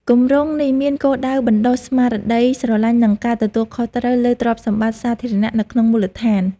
គម្រោងនេះមានគោលដៅបណ្តុះស្មារតីស្រឡាញ់ និងការទទួលខុសត្រូវលើទ្រព្យសម្បត្តិសាធារណៈនៅក្នុងមូលដ្ឋាន។